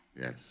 Yes